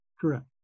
correct